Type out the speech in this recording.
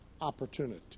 opportunity